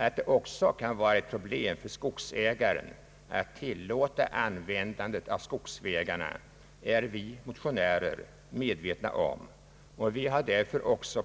Att det också kan vara ett problem för skogsägaren att tillåta användandet av skogsvägarna är vi motionärer medvetna om. Vi har därför också